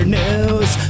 news